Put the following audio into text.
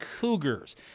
Cougars